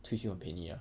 退休很便宜啊